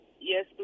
Yes